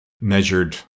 measured